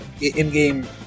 in-game